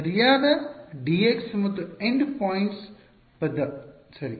ಸರಿಯಾದ dx ಮತ್ತು end points ಪದ ಸರಿ